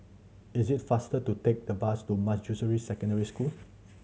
is it faster to take the bus to Manjusri Secondary School